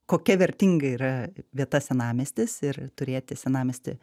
kokia vertinga yra vieta senamiestis ir turėti senamiestį